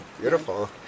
beautiful